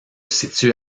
situe